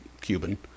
Cuban